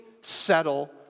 settle